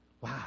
Wow